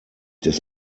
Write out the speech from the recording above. des